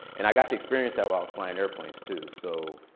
and i got to experience that while i was flying airplanes, too. so